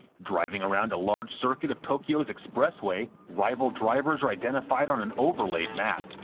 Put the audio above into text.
driving around a large circuit of tokyo's expressway, rival drivers are identified on an overlaid map.